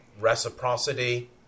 reciprocity